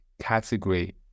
category